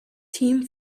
team